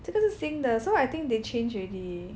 这个是新的 so I think they change already